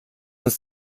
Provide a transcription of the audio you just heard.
uns